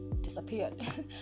disappeared